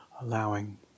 allowing